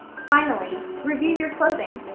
finally, review your clothing.